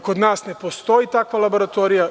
Kod nas ne postoji takva laboratorija.